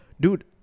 dude